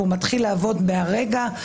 והוא מתחיל לעבוד מהרגע,